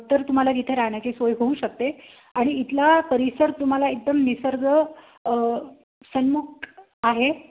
तर तुम्हाला तिथे राहण्याची सोय होऊ शकते आणि इथला परिसर तुम्हाला एकदम निसर्ग सम्मुख आहे